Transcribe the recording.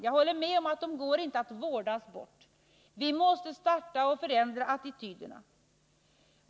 Jag håller med om att de inte går att vårda bort. Vi måste börja förändra attityder.